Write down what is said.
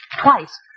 Twice